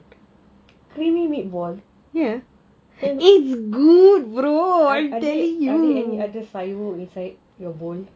creamy meatball are there any other sayur inside your bowl